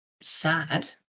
sad